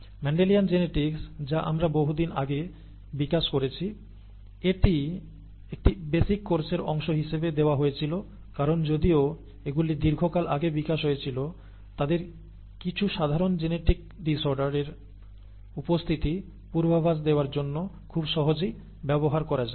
Mendelian genetics যা আমরা বহুদিন আগে বিকাশ করেছি এটি একটি বেসিক কোর্সের অংশ হিসাবে দেওয়া হয়েছিল কারণ যদিও এগুলি দীর্ঘকাল আগে বিকাশ হয়েছিল তাদের কিছু সাধারণ জেনেটিক ডিসঅর্ডার এর উপস্থিতি পূর্বাভাস দেওয়ার জন্য খুব সহজেই ব্যবহার করা যায়